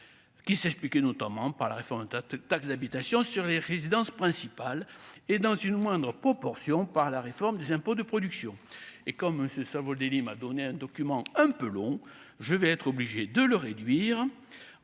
qui s'explique notamment par la réforme ta taxe d'habitation sur les résidences principales et dans une moindre pot portions par la réforme des impôts, de production et comme Savoldelli m'a donné un document, un peu long, je vais être obligé de le réduire